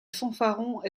fanfarons